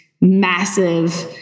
massive